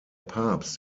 papst